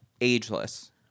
ageless